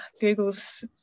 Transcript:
google's